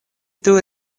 tuj